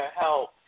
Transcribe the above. help